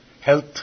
health